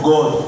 God